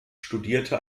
studierte